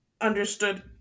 understood